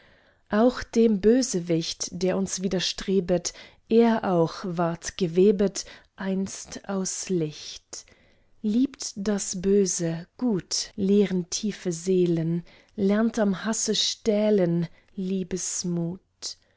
auch dem bösewicht der uns widerstrebet er auch ward gewebet einst aus licht liebt das böse gut lehren tiefe seelen lernt am hasse stählen liebesmut